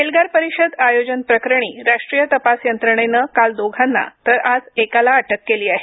एल्गार परिषद आयोजन प्रकरणी राष्ट्रीय तपास यंत्रणेने काल दोघांना तर आज एकाला अटक केली आहे